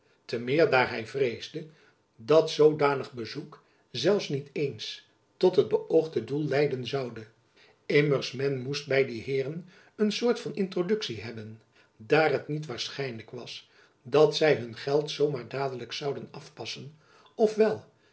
te meer daar hy vreesde dat zoodanig bezoek zelfs niet eens tot het beöogde doel leiden zoude immers men moest by die heeren een soort van introduktie hebben daar het niet waarschijnlijk was dat zy hun geld zoo maar dadelijk zouden afpassen of wel